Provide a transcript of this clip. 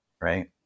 right